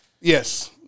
Yes